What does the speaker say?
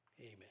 Amen